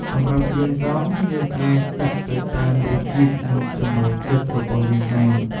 សម្រាប់គ្រឿងផ្សំ យើងអាចដាក់ទៅតាមរសជាតិនិងចំណូលចិត្តរបស់យើងបាន។